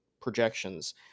projections